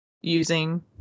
using